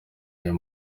ayo